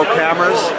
cameras